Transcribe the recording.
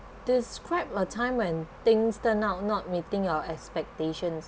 describe a time when things turn out not meeting your expectations